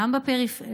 גם בפריפריה,